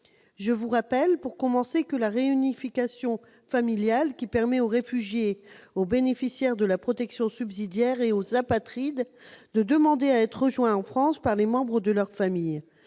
Je rappelle que la réunification familiale, qui permet aux réfugiés et aux bénéficiaires de la protection subsidiaire et aux apatrides de demander à être rejoints en France par les membres de leur famille,